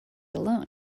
alone